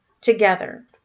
Together